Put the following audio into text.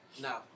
No